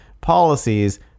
policies